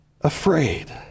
afraid